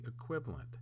equivalent